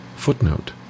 footnote